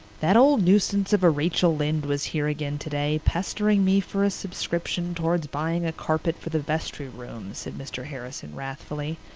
that old nuisance of a rachel lynde was here again today, pestering me for a subscription towards buying a carpet for the vestry room, said mr. harrison wrathfully.